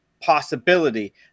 possibility